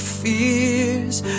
fears